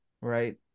right